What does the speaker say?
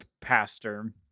pastor